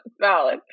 valid